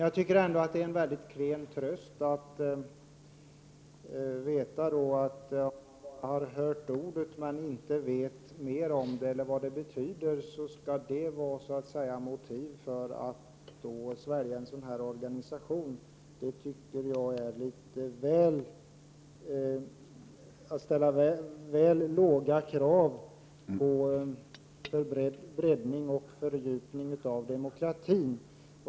Jag tycker att det är ett klent motiv för att acceptera en sådan här organisation att någon har hört namnet på den, även om vederbörande inte vet vad det betyder. Det är att ställa litet väl låga krav på breddning och fördjupning av demokratin.